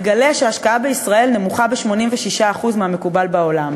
מגלה שההשקעה בישראל נמוכה ב-86% מהמקובל בעולם,